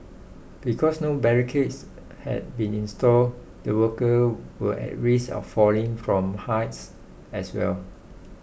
because no barricades had been installed the worker were at risk of falling from heights as well